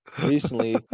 recently